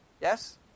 Yes